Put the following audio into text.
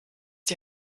die